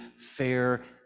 fair